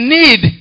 need